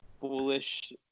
foolish